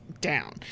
down